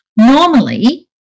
Normally